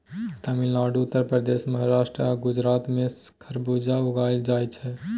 तमिलनाडु, उत्तर प्रदेश, महाराष्ट्र आ गुजरात मे खरबुज उगाएल जाइ छै